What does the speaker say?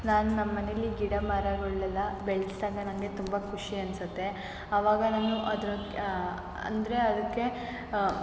ನಾನು ನಮ್ಮ ಮನೆಲ್ಲಿ ಗಿಡ ಮರಗಳನೆಲ್ಲ ಬೆಳೆಸೋದೆ ನನಗೆ ತುಂಬ ಖುಷಿ ಅನಿಸುತ್ತೆ ಆವಾಗ ನಾನು ಅದ್ರ ಅಂದರೆ ಅದಕ್ಕೆ